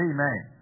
Amen